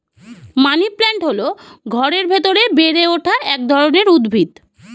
money plant হল ঘরের ভেতরে বেড়ে ওঠা এক ধরনের উদ্ভিদ